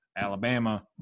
alabama